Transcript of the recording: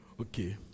okay